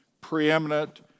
preeminent